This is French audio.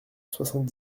soixante